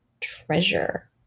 treasure